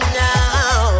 now